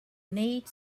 need